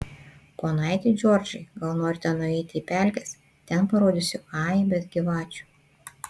ponaiti džordžai gal norite nueiti į pelkes ten parodysiu aibes gyvačių